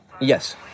Yes